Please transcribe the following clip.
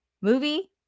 movie